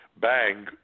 bang